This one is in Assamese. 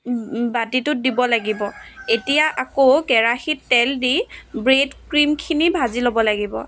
বাতিটোত দিব লাগিব এতিয়া আকৌ কেৰাহিত তেল দি ব্ৰেডক্ৰিমখিনি ভাজি ল'ব লাগিব